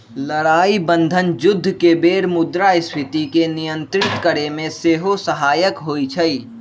लड़ाइ बन्धन जुद्ध के बेर मुद्रास्फीति के नियंत्रित करेमे सेहो सहायक होइ छइ